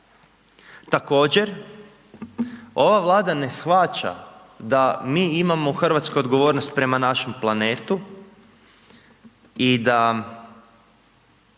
Također ova Vlada ne shvaća da mi imamo u Hrvatskoj odgovornost prema našem planetu i da